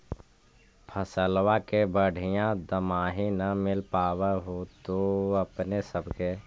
फसलबा के बढ़िया दमाहि न मिल पाबर होतो अपने सब के?